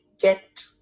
get